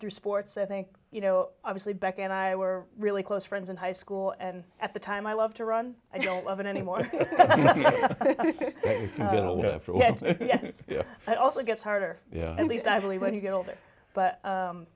through sports i think you know obviously back and i were really close friends in high school and at the time i love to run i don't love it anymore it also gets harder yeah at least i believe when you get older but